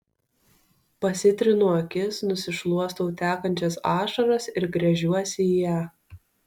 pasitrinu akis nusišluostau tekančias ašaras ir gręžiuosi į ją